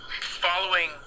following